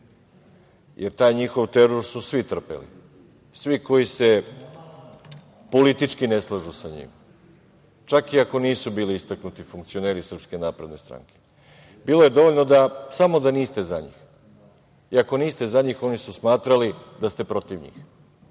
jer taj njihov teror su svi trpeli, svi koji se politički ne slažu sa njim, čak i ako nisu bili istaknuti funkcioneri SNS. Bilo je dovoljno samo da niste za njih. Ako niste za njih, oni su smatrali da ste protiv njih. Na